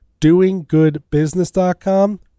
doinggoodbusiness.com